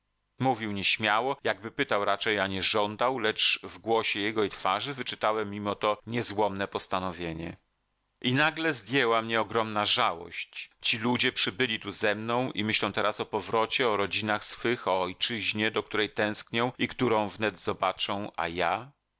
mówił nieśmiało jakby pytał raczej a nie żądał lecz w głosie jego i twarzy wyczytałem mimo to niezłomne postanowienie i nagle zdjęła mnie ogromna żałość ci ludzie przybyli tu ze mną i myślą teraz o powrocie o rodzinach swych o ojczyźnie do której tęsknią i którą wnet zobaczą a ja